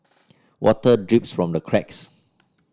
water drips from the cracks